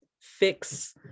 fix